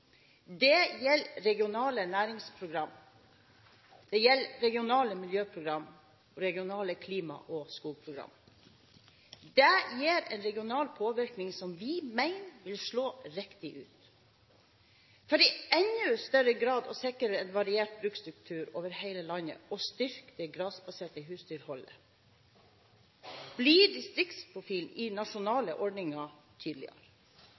Det gjelder regionale næringsprogram, det gjelder regionale miljøprogram og regionale klima- og skogprogram. Det gir en regional påvirkning som vi mener vil slå riktig ut. For i enda større grad å sikre en variert bruksstruktur over hele landet og styrke det grasbaserte husdyrholdet blir distriktsprofilen i